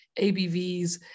ABVs